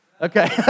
Okay